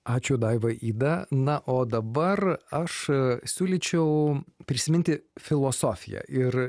ačiū daiva ida na o dabar aš siūlyčiau prisiminti filosofiją ir